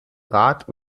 rat